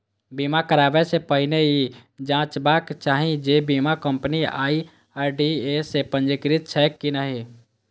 बीमा कराबै सं पहिने ई जांचबाक चाही जे बीमा कंपनी आई.आर.डी.ए सं पंजीकृत छैक की नहि